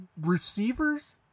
receivers